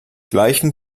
gleichem